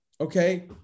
Okay